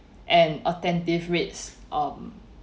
and attentive rates um